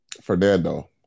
Fernando